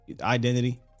identity